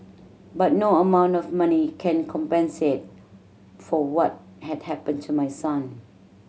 but no amount of money can compensate for what had happened to my son